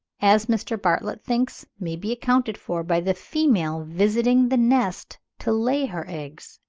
as mr. bartlett thinks, may be accounted for by the female visiting the nest to lay her eggs.